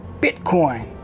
Bitcoin